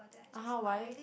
(uh huh) why eh